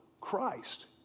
Christ